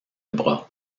bras